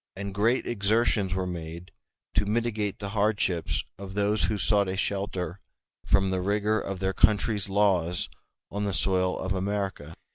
and great exertions were made to mitigate the hardships of those who sought a shelter from the rigor of their country's laws on the soil of america.